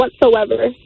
whatsoever